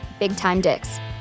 BigTimeDicks